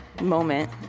moment